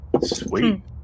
Sweet